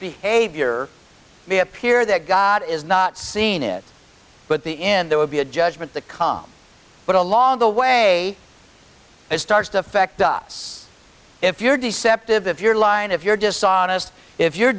behavior may appear that god is not seen it but the end there will be a judgment the com but along the way it starts to affect us if you're deceptive if you're lying if you're dishonest if you're